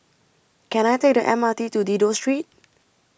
Can I Take The M R T to Dido Street